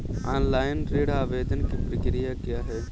Online ऋण आवेदन की प्रक्रिया क्या है?